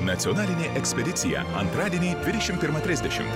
nacionalinė ekspedicija antradienį dvidešimt pirmą trisdešimt